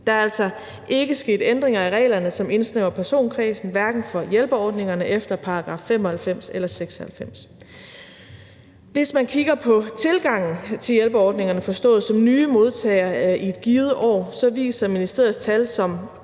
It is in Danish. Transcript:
Der er altså ikke sket ændringer i reglerne, som indsnævrer personkredsen, hverken for hjælperordningerne efter § 95 eller § 96. Hvis man kigger på tilgangen til hjælperordningerne, forstået som nye modtagere i et givent år, så viser ministeriets tal, som